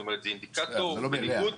זה אינדיקטור טוב.